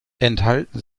enthalten